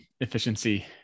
efficiency